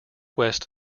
west